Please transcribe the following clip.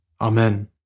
Amen